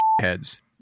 heads